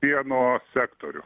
pieno sektorių